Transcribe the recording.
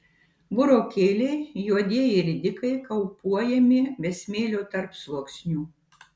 burokėliai juodieji ridikai kaupuojami be smėlio tarpsluoksnių